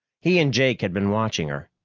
he and jake had been watching her.